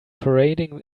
parading